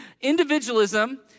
Individualism